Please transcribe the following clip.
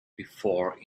before